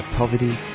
poverty